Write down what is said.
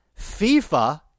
FIFA